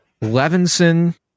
Levinson